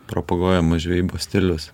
propaguojamas žvejybos stilius